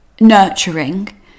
nurturing